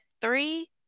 three